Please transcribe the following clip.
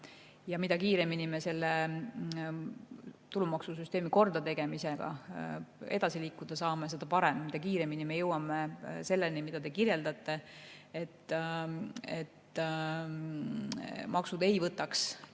Ja mida kiiremini me selle tulumaksusüsteemi kordategemisega edasi liikuda saame, seda parem. Mida kiiremini me jõuame selleni, mida te kirjeldate, et maksud ei võtaks